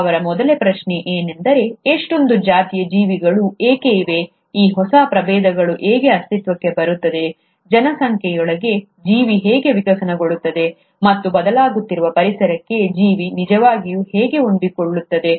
ಅವರ ಮೊದಲ ಪ್ರಶ್ನೆ ಏನೆಂದರೆ ಇಷ್ಟೊಂದು ಜಾತಿಯ ಜೀವಿಗಳು ಏಕೆ ಇವೆ ಈ ಹೊಸ ಪ್ರಭೇದಗಳು ಹೇಗೆ ಅಸ್ತಿತ್ವಕ್ಕೆ ಬರುತ್ತವೆ ಜನಸಂಖ್ಯೆಯೊಳಗೆ ಜೀವಿ ಹೇಗೆ ವಿಕಸನಗೊಳ್ಳುತ್ತದೆ ಮತ್ತು ಬದಲಾಗುತ್ತಿರುವ ಪರಿಸರಕ್ಕೆ ಜೀವಿ ನಿಜವಾಗಿಯೂ ಹೇಗೆ ಹೊಂದಿಕೊಳ್ಳುತ್ತದೆ